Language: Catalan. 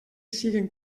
siguen